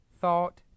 thought